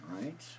right